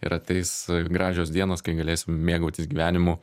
ir ateis gražios dienos kai galėsim mėgautis gyvenimu